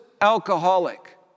alcoholic